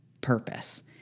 purpose